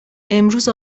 امروز